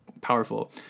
powerful